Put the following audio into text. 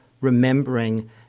remembering